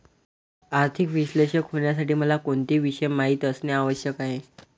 आर्थिक विश्लेषक होण्यासाठी मला कोणते विषय माहित असणे आवश्यक आहे?